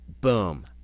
boom